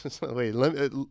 Wait